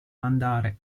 mandare